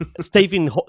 Stephen